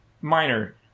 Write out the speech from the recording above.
minor